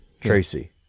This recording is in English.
Tracy